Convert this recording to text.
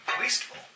wasteful